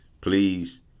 please